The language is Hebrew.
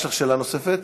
יש לך שאלה נוספת?